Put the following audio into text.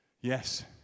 Yes